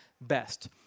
best